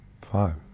Five